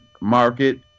market